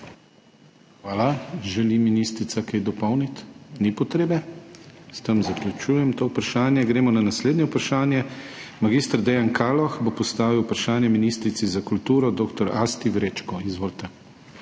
Hvala. Želi ministrica kaj dopolniti? Ni potrebe. S tem zaključujem to vprašanje. Gremo na naslednje vprašanje. Mag. Dejan Kaloh bo postavil vprašanje ministrici za kulturo dr. Asti Vrečko. Izvolite.